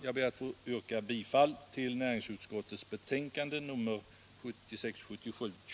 Jag ber att få yrka bifall till vad utskottet hemställt.